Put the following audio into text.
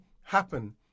happen